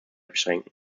beschränken